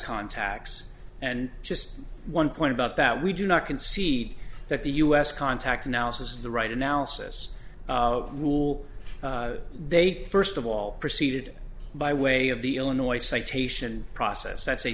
contacts and just one point about that we do not concede that the us contact analysis is the right analysis rule they first of all proceeded by way of the illinois citation process that